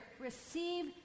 receive